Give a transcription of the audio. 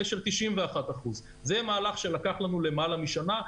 של 91%. זה מהלך שלקח לנו למעלה משנה.